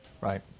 Right